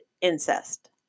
incest